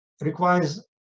requires